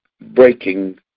breaking